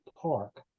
Park